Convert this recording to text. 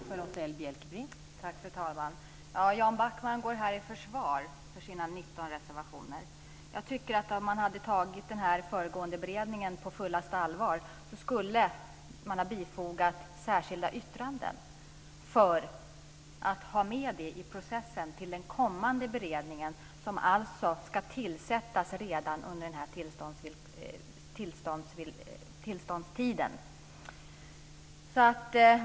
Fru talman! Jan Backman går här i försvar för sina 19 reservationer. Jag tycker att om man hade tagit den föregående beredningen på fullaste allvar så skulle man ha bifogat särskilda yttranden för att ha med det i processen till den kommande beredningen som ska tillsättas redan under denna tillståndstid.